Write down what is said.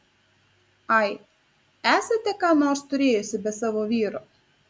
ai esate ką nors turėjusi be savo vyro